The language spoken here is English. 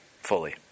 fully